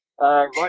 right